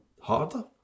harder